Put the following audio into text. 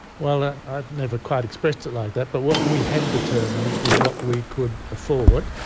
well, i've never quite expressed it like that, but what we had determined is what we could afford,